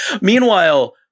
Meanwhile